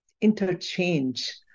interchange